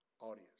audience